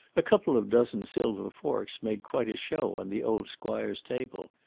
a couple of dozen silver forks made quite a show on the old squire's table.